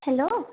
hello